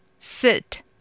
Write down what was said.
Sit